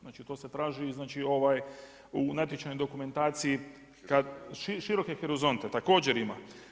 Znači to se traži u natječajnoj dokumentaciji široke horizonte također ima.